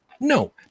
no